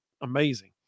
amazing